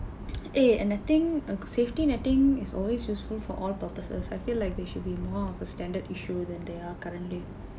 eh anything a safety netting is always useful for all purposes I feel like they should be more of a standard issue than they are currently